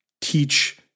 teach